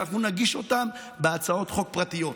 אנחנו נגיש אותן בהצעות חוק פרטיות.